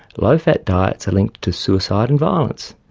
low fat diets are linked to suicide and violence.